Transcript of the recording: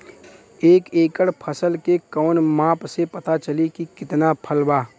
एक एकड़ फसल के कवन माप से पता चली की कितना फल बा?